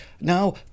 now